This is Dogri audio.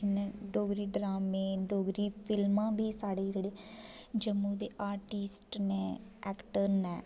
जिन्ने डोगरी ड्रामे डोगरी फिल्मां बी साढ़े जेह्ड़े जम्मू दे आर्टिस्ट न ऐक्टर ने